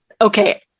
okay